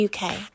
uk